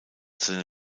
seine